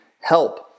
help